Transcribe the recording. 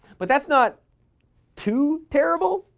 but that's not too terrible,